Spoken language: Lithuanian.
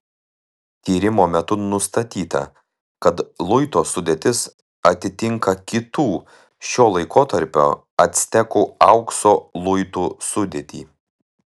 tyrimo metu nustatyta kad luito sudėtis atitinka kitų šio laikotarpio actekų aukso luitų sudėtį